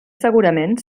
segurament